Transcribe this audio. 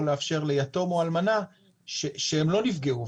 לאפשר ליתום או אלמנה שהם לא נפגעו,